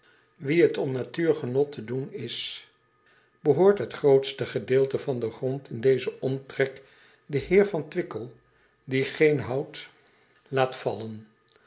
wien t om natuurgenot te doen is behoort het grootste gedeelte van den grond in dezen omtrek den eer van wickel die geen hout laat vallen